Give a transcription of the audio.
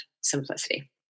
simplicity